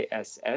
ISS